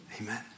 Amen